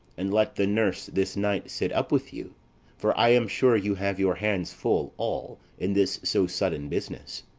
and let the nurse this night sit up with you for i am sure you have your hands full all in this so sudden business.